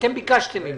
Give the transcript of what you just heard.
אתם ביקשתם ממני.